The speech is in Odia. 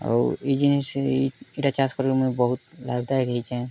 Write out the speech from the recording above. ଆଉ ଏଇ ଜିନିଷେ ଏଇ ଇଟା ଚାଷ କରି ବି ମୁଇଁ ବହୁତ ଲାଭଦାୟକ ହେଇଚେଁ